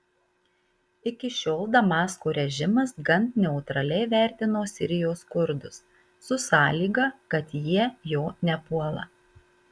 iki šiol damasko režimas gan neutraliai vertino sirijos kurdus su sąlyga kad jie jo nepuola